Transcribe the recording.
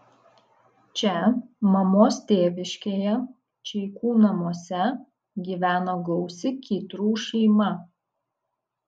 čia mamos tėviškėje čeikų namuose gyveno gausi kytrų šeima